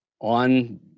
on